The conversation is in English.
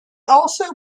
also